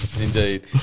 indeed